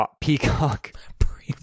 Peacock